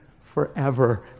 forever